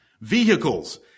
vehicles